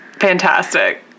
Fantastic